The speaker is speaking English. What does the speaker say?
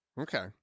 Okay